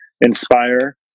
inspire